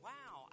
Wow